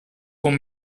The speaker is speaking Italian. con